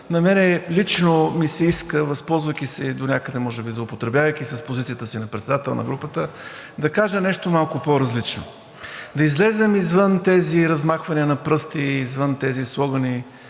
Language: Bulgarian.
на мен лично ми се иска, възползвайки се, донякъде, може би, злоупотребявайки с позицията си на председател на групата, да кажа нещо малко по-различно. Да излезем извън тези размахвания на пръсти, извън тези слогани